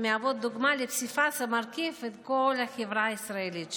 המהוות דוגמה לפסיפס המרכיב את כל החברה הישראלית שלנו.